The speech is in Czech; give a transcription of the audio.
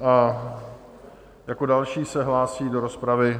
A jako další se hlásí do rozpravy...